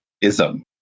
ism